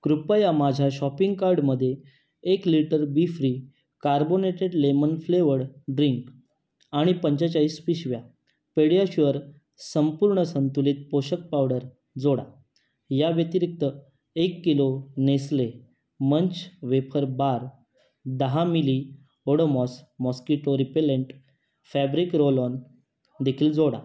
कृपया माझ्या शॉपिंग कार्टमध्ये एक litre bfree carbonated lemon flavoured drink आणि पंचेचाळीस पिशव्या पेडियाशुअर संपूर्ण संतुलित पोषक पावडर जोडा या व्यतिरिक्त एक kilo Nestle Munch wafer bar दहा ml Odomos mosquito repellent fabric roll on देखील जोडा